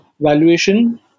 valuation